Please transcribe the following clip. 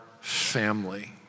family